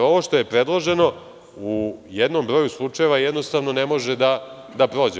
Ovo što je predloženo u jednom broju slučajeva, jednostavno ne može da prođe.